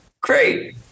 Great